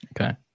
okay